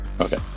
Okay